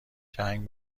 جنگ